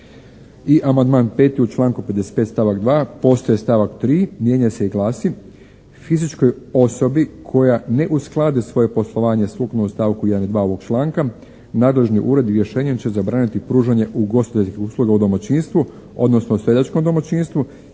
I amandman 5. u članku 55. stavak postaje stavak 3., mijenja se i glasi: Fizičkoj osobi koja ne uskladi svoje poslovanje sukladno stavku 1. i 2. ovog članka nadležni ured rješenjem će zabraniti pružanje ugostiteljskih usluga u domaćinstvu odnosno seljačkom domaćinstvu